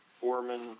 foreman